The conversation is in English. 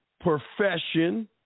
profession